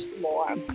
more